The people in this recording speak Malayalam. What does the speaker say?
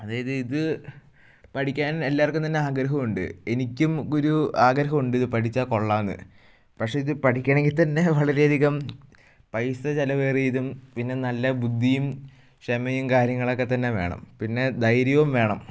അതായത് ഇത് പഠിക്കാൻ എല്ലാവർക്കും തന്നെ ആഗ്രഹമുണ്ട് എനിക്കും ഒരു ആഗ്രഹമുണ്ട് ഇത് പഠിച്ചാൽ കൊള്ളാമെന്ന് പക്ഷേ ഇത് പഠിക്കണമെങ്കിൽ തന്നെ വളരെയധികം പൈസ ചിലവേറിയതും പിന്നെ നല്ല ബുദ്ധിയും ക്ഷമയും കാര്യങ്ങളൊക്കെ തന്നെ വേണം പിന്നെ ധൈര്യവും വേണം